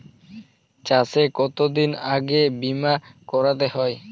চাষে কতদিন আগে বিমা করাতে হয়?